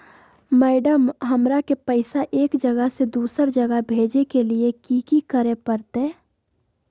Madam, हमरा के पैसा एक जगह से दुसर जगह भेजे के लिए की की करे परते?